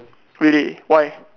really why